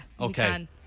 Okay